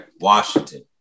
Washington